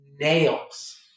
nails